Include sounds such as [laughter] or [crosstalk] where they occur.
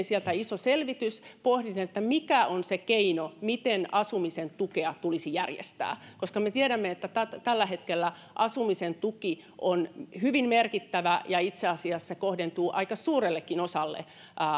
[unintelligible] siellä ison selvityksen pohdimme että mikä on se keino miten asumisen tukea tulisi järjestää koska me tiedämme että tällä hetkellä asumisen tuki on hyvin merkittävä ja itse asiassa se kohdentuu aika suurellekin osalle